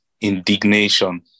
indignation